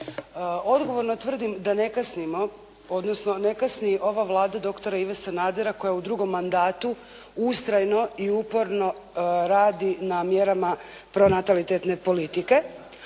Odgovorno tvrdim da ne kasnimo, odnosno ne kasni ova Vlada doktora Ive Sanadera koja u drugom mandatu ustrojno i uporno radi na mjerama pronatalitetne politike.